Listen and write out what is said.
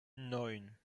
neun